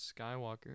Skywalker